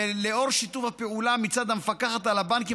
ולאור שיתוף הפעולה מצד המפקחת על הבנקים